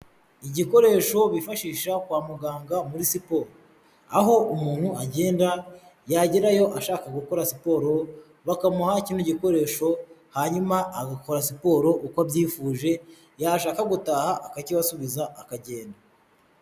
Igikoresho bifashisha kwa muganga muri siporo, aho umuntu agenda yagerayo ashaka gukora siporo bakamuha kino gikoresho hanyuma agakora siporo uko abyifuje yashaka gutaha akakibasubiza akagenda.